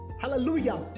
hallelujah